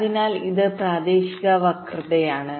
അതിനാൽ ഇത് പ്രാദേശിക വക്രതയാണ്